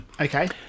Okay